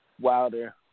Wilder